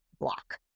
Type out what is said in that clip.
block